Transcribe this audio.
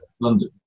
London